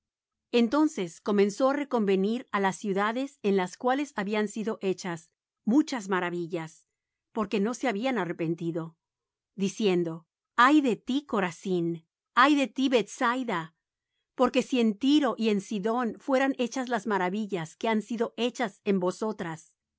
entonces comenzó á reconvenir á las ciudades en las cuales habían sido hechas muy muchas de sus maravillas porque no se habían arrepentido diciendo ay de ti corazín ay de ti bethsaida porque si en tiro y en sidón fueran hechas las maravillas que han sido hechas en vosotras